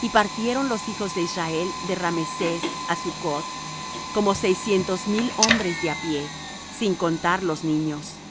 y partieron los hijos de israel de rameses á succoth como seiscientos mil hombres de á pie sin contar los niños